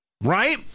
Right